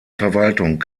verwaltung